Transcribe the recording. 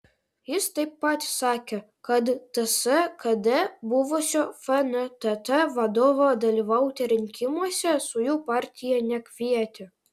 jis taip pat sakė kad ts kd buvusio fntt vadovo dalyvauti rinkimuose su jų partija nekvietė